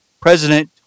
president